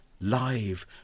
live